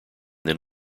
then